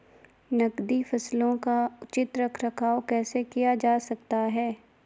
नकदी फसलों का उचित रख रखाव कैसे किया जा सकता है?